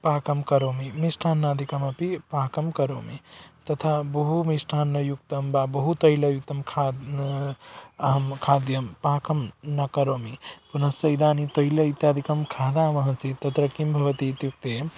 पाकं करोमि मिष्टान्नादिकमपि पाकं करोमि तथा बहु मिष्टान्नयुक्तं वा बहु तैलयुक्तं खाद्यम् अहं खाद्यं पाकं न करोमि पुनश्च इदानीं तैलम् इत्यादिकं खादामः चेत् तत्र किं भवति इत्युक्ते